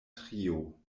trio